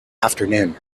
afternoon